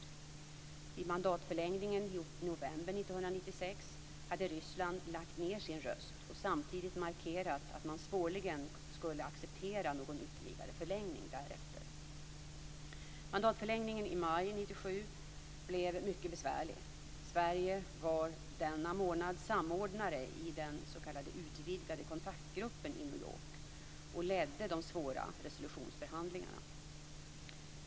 Vid mandatförlängningen i november 1996 hade Ryssland lagt ned sin röst och samtidigt markerat att man svårligen skulle acceptera någon ytterligare förlängning därefter. Mandatförlängningen i maj 1997 blev mycket besvärlig. Sverige var denna månad samordnare i den s.k. utvidgade kontaktgruppen i New York och ledde de svåra resolutionsförhandlingarna.